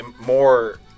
more